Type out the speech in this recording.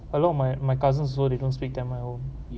a lot of my my cousins also they don't speak tamil at home